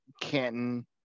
Canton